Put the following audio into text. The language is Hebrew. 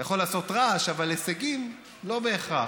אתה יכול לעשות רעש, אבל הישגים, לא בהכרח.